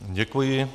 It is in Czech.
Děkuji.